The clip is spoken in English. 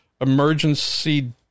emergency